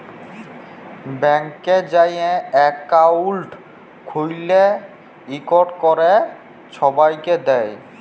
ব্যাংকে যাঁয়ে একাউল্ট খ্যুইলে ইকট ক্যরে ছবাইকে দেয়